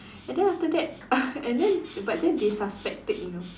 and then after that and then but then they suspect it you know